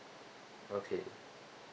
okay